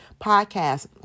podcast